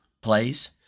plays